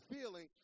feeling